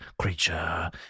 creature